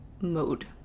mode